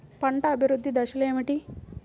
పంట అభివృద్ధి దశలు ఏమిటి?